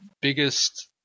biggest